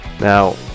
Now